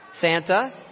Santa